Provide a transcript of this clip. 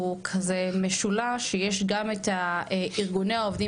הוא כזה משולש שיש גם את ארגוני העובדים